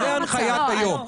זאת ההנחיה כיום.